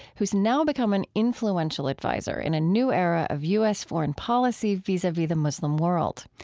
who has now become an influential adviser in a new era of u s. foreign policy vis-a-vis the muslim world.